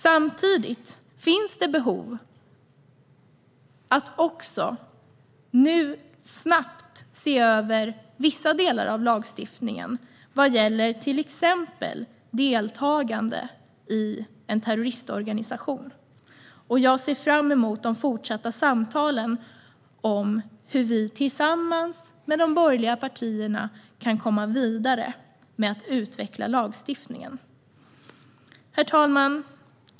Samtidigt finns det behov av att snabbt se över vissa delar av lagstiftningen till exempel vad gäller deltagande i en terroristorganisation, och jag ser fram emot de fortsatta samtalen om hur vi tillsammans med de borgerliga partierna kan komma vidare med att utveckla lagstiftningen. Herr talman!